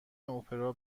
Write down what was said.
اپرا